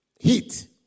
heat